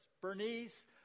Bernice